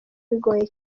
bigoye